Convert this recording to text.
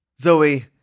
Zoe